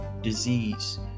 disease